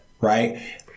Right